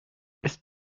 ist